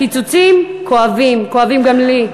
הקיצוצים כואבים, כואבים גם לי.